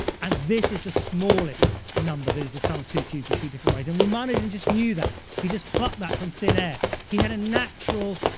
and this is the smallest number that is the sum of two cubes in two different ways. and ramanujan just knew that. he just plucked that from thin air. he had a natural